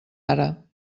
ara